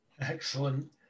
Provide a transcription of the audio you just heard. Excellent